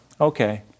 Okay